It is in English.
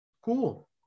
Cool